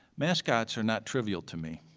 mascots are not trivial to me.